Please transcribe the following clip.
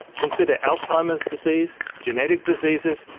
consider alzheimer's disease, genetic diseases,